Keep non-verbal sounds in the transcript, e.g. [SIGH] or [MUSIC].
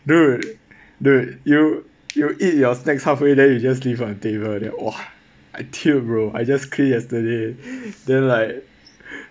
dude dude you you eat your snacks halfway then you just leave on table then !whoa! I tilt bro I just cleaned yesterday then like [BREATH]